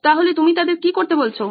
তাহলে তুমি তাদের কি করতে বলছো